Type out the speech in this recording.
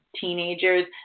teenagers